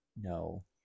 no